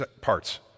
parts